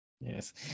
Yes